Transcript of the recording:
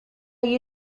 you